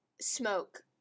smoke